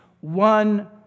one